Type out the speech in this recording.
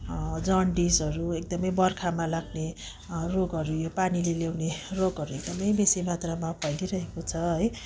जन्डिसहरू एकदमै बर्खामा लाग्ने रोगहरू यो पानीले ल्याउने रोगहरू एकदमै बेसी मात्रामा फैलिरहेको छ है